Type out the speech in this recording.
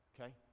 okay